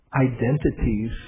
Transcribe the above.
identities